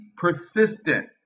Persistent